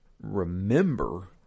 remember